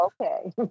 okay